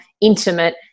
intimate